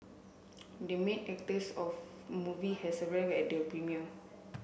the main actors of movie has arrived at the premiere